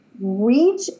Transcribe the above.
reach